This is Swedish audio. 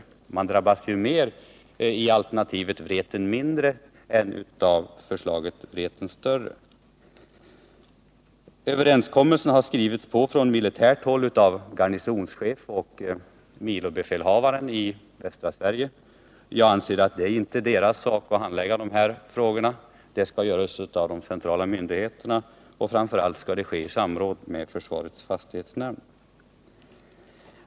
Falköpings kommun drabbas mer av alternativet Vreten mindre än av förslaget Vreten större. Överenskommelsen har från militärt håll skrivits på av garnisonschefen och milobefälhavaren i västra Sverige. Det är inte deras sak att handlägga de här frågorna. Det skall göras av de centrala myndigheterna, och framför allt skall det ske i samråd med försvarets fastighetsnämnd.